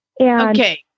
okay